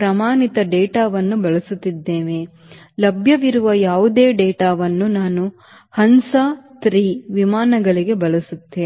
ಪ್ರಮಾಣಿತ ಡೇಟಾವನ್ನು ಬಳಸುತ್ತಿದ್ದೇವೆ ಲಭ್ಯವಿರುವ ಯಾವುದೇ ಡೇಟಾವನ್ನು ನಾನು ಹನ್ಸಾ 3 ವಿಮಾನಗಳಿಗೆ ಬಳಸುತ್ತೇನೆ